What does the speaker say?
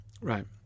Right